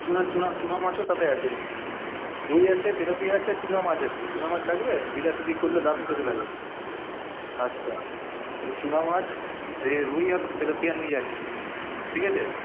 চুনা চুনা চুনা মাছও সাথে আছে রুই আছে তেলাপিয়া আছে আর চুনা মাছ আছে চুনা মাছ লাগবে দিয়ে করলে দারুণ খেতে লাগবে আচ্ছা তাহলে চুনা মাছ রুই আর তেলাপিয়া নিয়ে যাচ্ছি ঠিক আছে